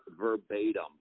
verbatim